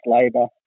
labour